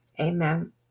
amen